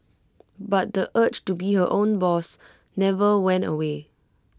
but the urge to be her own boss never went away